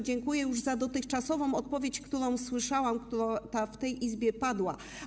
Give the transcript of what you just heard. Dziękuję za dotychczasową odpowiedź, którą słyszałam, a która w tej Izbie padła.